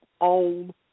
own